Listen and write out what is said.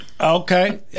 Okay